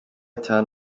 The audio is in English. town